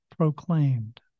Proclaimed